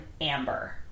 Amber